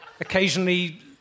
occasionally